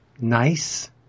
nice